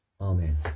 Amen